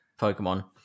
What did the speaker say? Pokemon